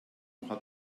hat